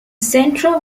centro